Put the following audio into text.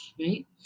Right